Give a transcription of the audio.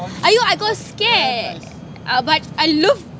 !aiyo! I got scared uh but I love